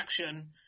action